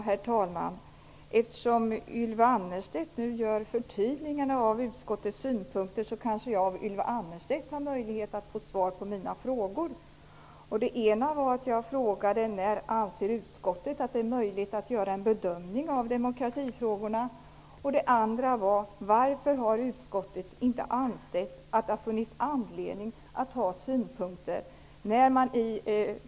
Herr talman! Eftersom Ylva Annerstedt nu förtydligar utskottets synpunkter, kan jag kanske få svar på mina frågor av henne. Min första fråga var: När anser utskottet att det är möjligt att göra en bedömning av demokratifrågorna? Min andra fråga var: Varför har utskottet inte ansett att det har funnits anledning att ha synpunkter?